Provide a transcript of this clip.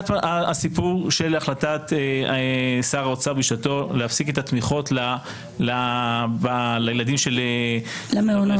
הסיפור של החלטת שר האוצר בשעתו להפסיק את התמיכות לילדים של אברכים,